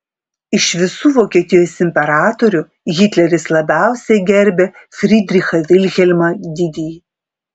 iš visų vokietijos imperatorių hitleris labiausiai gerbė fridrichą vilhelmą didįjį